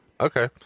Okay